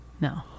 No